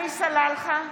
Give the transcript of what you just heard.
עלי סלאלחה,